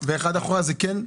אחד אחורה, כן.